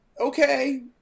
okay